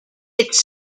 its